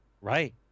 Right